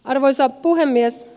arvoisa puhemies